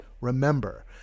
Remember